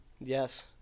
Yes